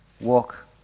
walk